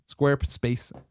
Squarespace